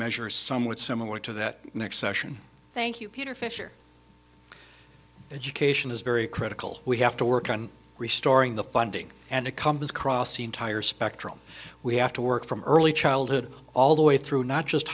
measure somewhat similar to that next session thank you peter fisher education is very critical we have to work on restoring the funding and it comes across the entire spectrum we have to work from early childhood all the way through not just